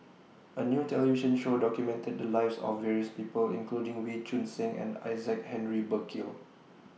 A New television Show documented The Lives of various People including Wee Choon Seng and Isaac Henry Burkill